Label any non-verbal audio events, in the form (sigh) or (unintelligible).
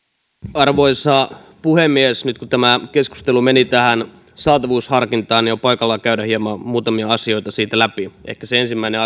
arvoisa puhemies nyt kun tämä keskustelu meni tähän saatavuusharkintaan on paikallaan käydä hieman muutamia asioita siitä läpi ehkä se ensimmäinen (unintelligible)